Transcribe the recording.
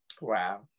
Wow